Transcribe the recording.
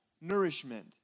nourishment